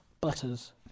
butters